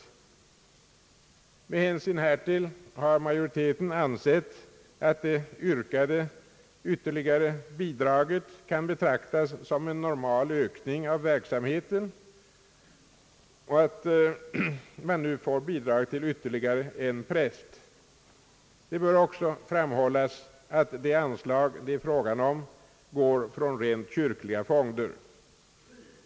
Med hänsyn härtill har majoriteten ansett att det yrkade ytterligare bidraget, varigenom det kan inrättas ytterligare en prästtjänst, kan betraktas som en normal ökning av verksamheten. Det bör också framhållas att det anslag det är fråga om utgår från rent kyrkliga fonder.